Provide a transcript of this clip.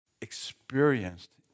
experienced